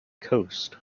coast